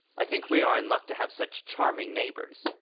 i think we are in luck to have such charming neighbours.